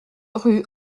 rue